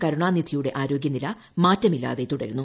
കരുണാനിധിയുടെ ആരോഗ്യനില മാറ്റമില്ലാതെ തുടരുന്നു